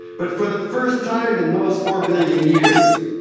but for the first time in those four billion years,